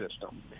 system